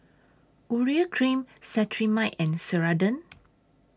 Urea Cream Cetrimide and Ceradan